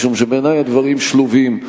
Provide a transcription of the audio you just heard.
משום שבעיני הדברים שלובים.